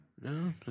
No